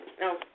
No